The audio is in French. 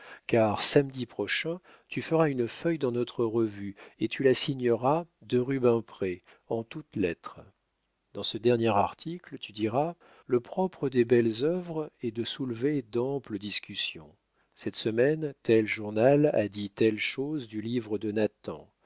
car samedi prochain tu feras une feuille dans notre revue et tu la signeras de rubempré en toutes lettres dans ce dernier article tu diras le propre des belles œuvres est de soulever d'amples discussions cette semaine tel journal a dit telle chose du livre de